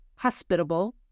hospitable